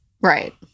Right